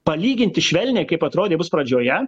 palyginti švelniai kaip atrodė bus pradžioje